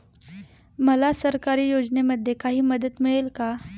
मला सरकारी योजनेमध्ये काही मदत मिळेल का?